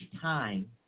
time